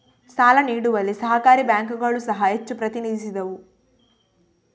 ಸಾಲ ನೀಡುವಲ್ಲಿ ಸಹಕಾರಿ ಬ್ಯಾಂಕುಗಳು ಸಹ ಹೆಚ್ಚು ಪ್ರತಿನಿಧಿಸಿದವು